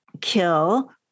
kill